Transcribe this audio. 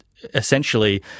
essentially